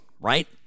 Right